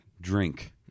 drink